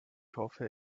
hoffe